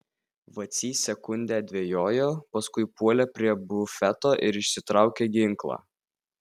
vacys sekundę dvejojo paskui puolė prie bufeto ir išsitraukė ginklą